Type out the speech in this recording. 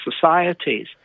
societies